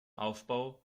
aufbau